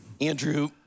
Andrew